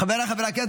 חבריי חברי הכנסת,